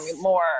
more